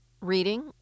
reading